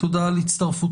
תודה על הצטרפותכם,